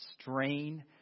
strain